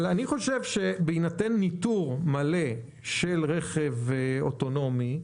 אני חושב שבהינתן ניטור מלא של רכב אוטונומי,